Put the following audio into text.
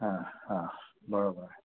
हां हां बरोबर